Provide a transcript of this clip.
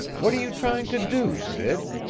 what are you trying to do, sid?